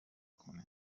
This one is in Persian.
کنن